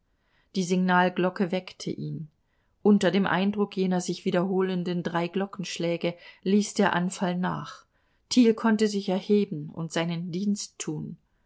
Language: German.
die signalglocke weckte ihn unter dem eindruck jener sich wiederholenden drei glockenschläge ließ der anfall nach thiel konnte sich erheben und seinen dienst tun